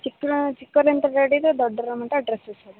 ಚಿಕ್ಕ ಚಿಕ್ಕವ್ರಿಂದ ಹಿಡಿದು ದೊಡ್ಡವರ ಮುಟ ಡ್ರಸ್ಸಸ್ ಇದೆ